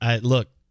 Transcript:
Look